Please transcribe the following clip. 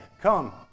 come